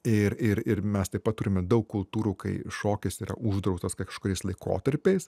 ir ir ir mes taip pat turime daug kultūrų kai šokis yra uždraustas kažkuriais laikotarpiais